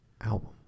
Album